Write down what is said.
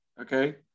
okay